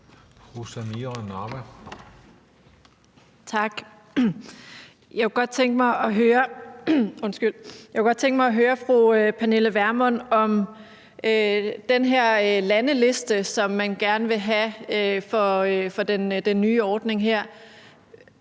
Jeg kunne godt tænke mig høre fru Pernille Vermund om den her landeliste, som man gerne vil have for den nye ordning her: